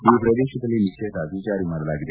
ಈ ಪ್ರದೇಶದಲ್ಲಿ ನಿಷೇಧಾಜ್ಞೆ ಜಾರಿ ಮಾಡಲಾಗಿದೆ